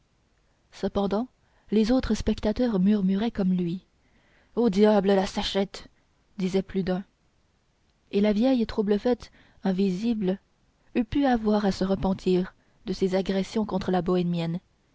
cependant les autres spectateurs murmuraient comme lui au diable la sachette disait plus d'un et la vieille trouble-fête invisible eût pu avoir à se repentir de ses agressions contre la bohémienne